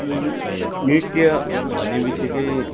नृत्य भन्ने बितिकै